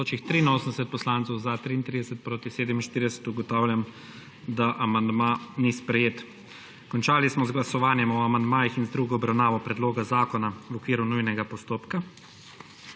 47. (Za je glasovalo 33.) (Proti 47.) Ugotavljam, da amandma ni sprejet. Končali smo z glasovanjem o amandmajih in z drugo obravnavo predloga zakona v okviru nujnega postopka.